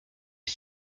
des